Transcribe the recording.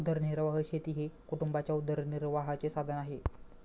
उदरनिर्वाह शेती हे कुटुंबाच्या उदरनिर्वाहाचे साधन आहे